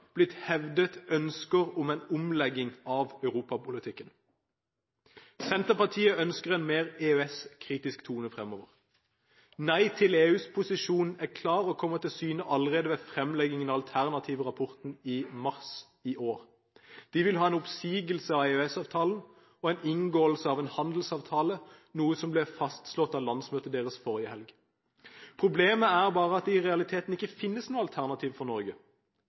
blitt hevdet ønsker om en omlegging av europapolitikken. Senterpartiet ønsker en mer EØS-kritisk tone fremover. Nei til EUs posisjon er klar, og kom til syne allerede ved fremleggingen av Alternativrapporten i mars i år. De vil ha en oppsigelse av EØS-avtalen og en inngåelse av en handelsavtale, noe som ble fastslått av landsmøtet deres forrige helg. Problemet er bare at det i realiteten ikke finnes noe alternativ for Norge.